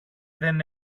δεν